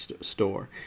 store